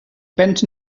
bent